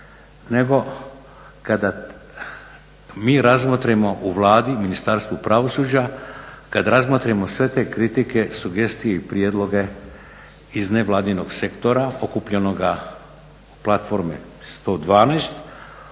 nego kada mi razmotrimo u Vladi, Ministarstvu pravosuđa, kada razmotrimo sve te kritike, sugestije i prijedloge iz nevladinog sektora okupljenoga u platformi 112